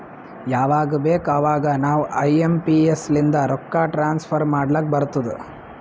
ಯವಾಗ್ ಬೇಕ್ ಅವಾಗ ನಾವ್ ಐ ಎಂ ಪಿ ಎಸ್ ಲಿಂದ ರೊಕ್ಕಾ ಟ್ರಾನ್ಸಫರ್ ಮಾಡ್ಲಾಕ್ ಬರ್ತುದ್